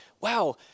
wow